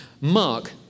Mark